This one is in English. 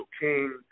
King